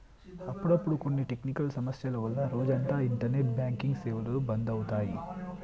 అప్పుడప్పుడు కొన్ని టెక్నికల్ సమస్యల వల్ల రోజంతా ఇంటర్నెట్ బ్యాంకింగ్ సేవలు బంధు అవుతాయి